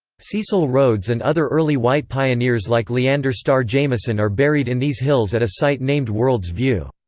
cecil rhodes and other early white pioneers like leander starr jameson are buried in these hills at a site named world's view.